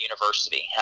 university